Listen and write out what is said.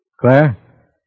Claire